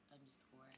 underscore